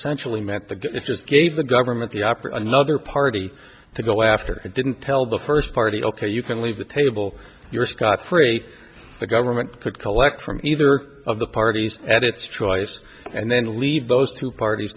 essentially meant the it just gave the government the opera another party to go after it didn't tell the first party ok you can leave the table your scot free the government could collect from either of the parties at its choice and then lead those two parties